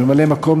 ממלאי-מקום,